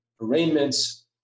arraignments